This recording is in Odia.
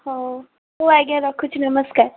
ହଉ ହଉ ଆଜ୍ଞା ରଖୁଛି ନମସ୍କାର